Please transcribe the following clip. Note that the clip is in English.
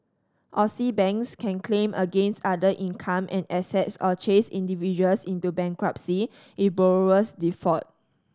Aussie banks can claim against other income and assets or chase individuals into bankruptcy if borrowers default